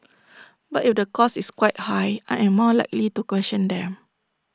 but if the cost is quite high I am more likely to question them